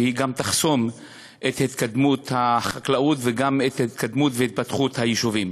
וגם תחסום את התקדמות החקלאות וגם את התקדמות והתפתחות היישובים.